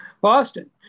Boston